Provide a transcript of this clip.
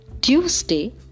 Tuesday